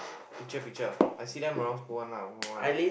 picture picture I see them around school one lah one ah